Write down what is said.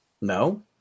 No